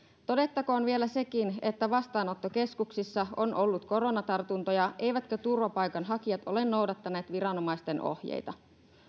todettakoon vielä sekin että vastaanottokeskuksissa on ollut koronatartuntoja eivätkä turvapaikanhakijat ole noudattaneet viranomaisten ohjeita